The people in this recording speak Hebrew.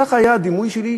כך היה הדימוי שלי,